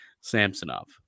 Samsonov